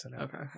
okay